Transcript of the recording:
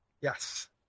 yes